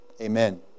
Amen